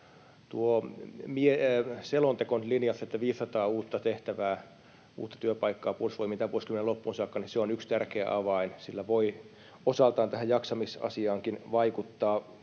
selonteko on nyt linjassa, että 500 uutta tehtävää, uutta työpaikkaa tulee Puolustusvoimiin tämän vuosikymmenen loppuun saakka. Se on yksi tärkeä avain. Sillä voi osaltaan tähän jaksamisasiaankin vaikuttaa.